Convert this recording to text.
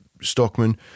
Stockman